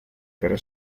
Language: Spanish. pero